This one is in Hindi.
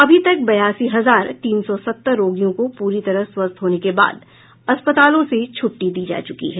अभी तक बयासी हजार तीन सौ सत्तर रोगियों को पूरी तरह स्वस्थ होने के बाद अस्पतालों से छुट्टी दी जा चुकी है